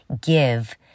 give